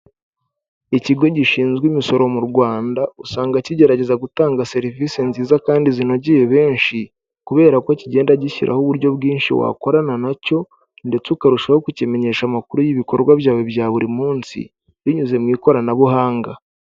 Ikigo gishinzwe imisoro mu Rwanda usanga kigerageza gutanga serivisi nziza kandi zinogeye benshi, kubera ko kigenda gishyiraho uburyo bwinshi wakorana na cyo ndetse ukarushaho kukimenyesha amakuru y'ibikorwa byawe bya buri munsi binyuze mu ikoranabuhanga.